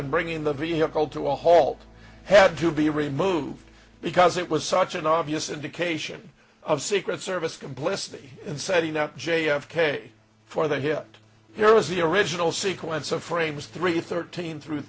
and bringing the vehicle to a halt had to be removed because it was such an obvious indication of secret service complicity in setting up j f k for the hit here was the original sequence of frames three thirteen through